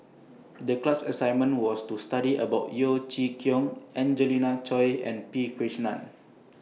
The class assignment was to study about Yeo Chee Kiong Angelina Choy and P Krishnan